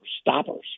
stoppers